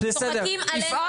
צוחקים עלינו,